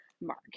mark